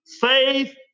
faith